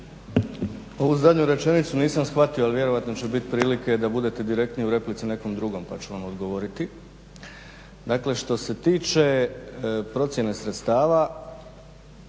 Ovu zadnju rečenicu nisam shvatio, ali vjerojatno će biti prilike da budete direktni u replici nekom drugom pa ću vam odgovoriti. Dakle, što se tiče procjena sredstava,